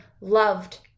loved